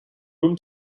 room